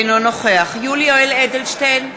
אינו נוכח יולי יואל אדלשטיין,